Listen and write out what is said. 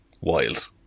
Wild